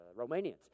Romanians